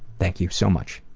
thank you so much